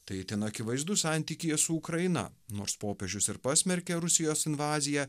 tai itin akivaizdu santykyje su ukraina nors popiežius ir pasmerkė rusijos invaziją